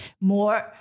more